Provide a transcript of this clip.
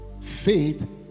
Faith